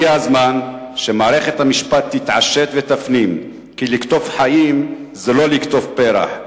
הגיע הזמן שמערכת המשפט תתעשת ותפנים כי לקטוף חיים זה לא לקטוף פרח.